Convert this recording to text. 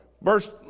Verse